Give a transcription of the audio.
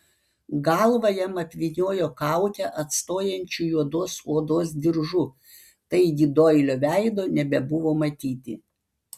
galvą jam apvyniojo kaukę atstojančiu juodos odos diržu taigi doilio veido nebebuvo matyti